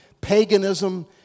paganism